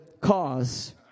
cause